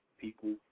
people